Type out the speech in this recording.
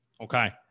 Okay